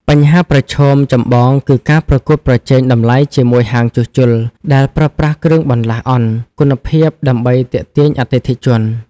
បញ្ហាប្រឈមចម្បងគឺការប្រកួតប្រជែងតម្លៃជាមួយហាងជួសជុលដែលប្រើប្រាស់គ្រឿងបន្លាស់អន់គុណភាពដើម្បីទាក់ទាញអតិថិជន។